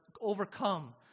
overcome